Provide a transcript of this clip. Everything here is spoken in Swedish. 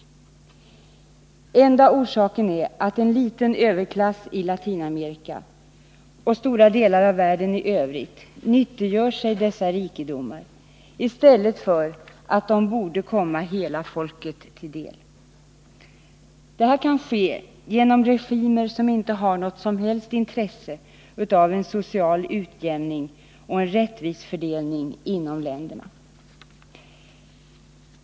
109 Enda orsaken är att en liten överklass i Latinamerika, och stora delar av världen i övrigt, nyttiggör sig dessa rikedomar i stället för att de, som de borde göra, kommer hela folket till del. Detta kan ske genom regimer som inte har något som helst intresse av en social utjämning och en rättvis fördelning inom länderna.